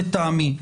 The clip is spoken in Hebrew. לטעמי.